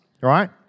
right